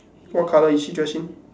what colour is she dressed in